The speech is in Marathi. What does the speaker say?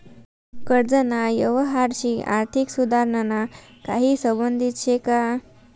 कर्जना यवहारशी आर्थिक सुधारणाना काही संबंध शे का?